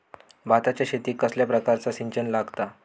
भाताच्या शेतीक कसल्या प्रकारचा सिंचन लागता?